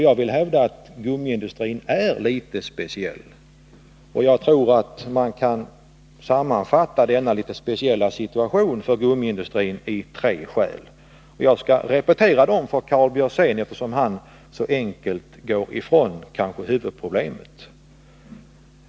Jag vill hävda att gummiindustrins ställning är litet speciell, och jag tror att man kan sammanfatta denna gummiindustrins litet speciella situation i tre skäl. Jag skall repetera dem för Karl Björzén, eftersom han så enkelt går ifrån vad som kanske är huvudproblemet.